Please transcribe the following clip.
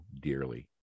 dearly